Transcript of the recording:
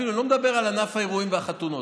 אני אפילו לא מדבר על ענף האירועים והחתונות,